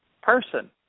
person